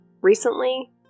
recently